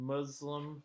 Muslim